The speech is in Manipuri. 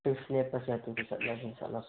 ꯐꯤꯛꯁ ꯂꯦꯞꯄꯁꯦ ꯑꯗꯨꯗ ꯆꯠꯂꯁꯨ ꯆꯠꯂꯁꯤ